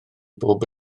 bob